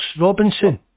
Robinson